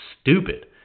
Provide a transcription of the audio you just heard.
stupid